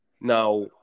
Now